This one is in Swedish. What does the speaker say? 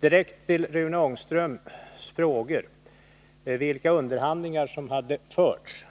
direkt till Rune Ångströms fråga, vilka underhandlingar som hade förts!